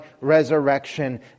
resurrection